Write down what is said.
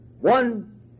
One